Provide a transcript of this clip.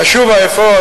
נשובה אפוא,